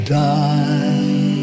die